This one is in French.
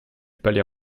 palais